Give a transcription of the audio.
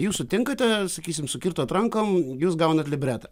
jūs sutinkate sakysim sukirtot rankom jūs gaunate libretą